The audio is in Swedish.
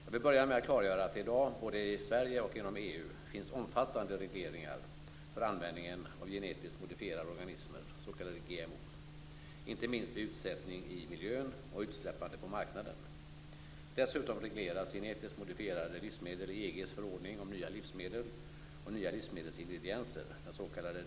Jag vill börja med att klargöra att det i dag, både i Sverige och inom EU, finns omfattande regleringar för användning av genetiskt modifierade organismer, s.k. GMO, inte minst vid utsättning i miljön och utsläppande på marknaden. Dessutom regleras genetiskt modifierade livsmedel i EG:s förordning om nya livsmedel och nya livsmedelsingredienser, den s.k.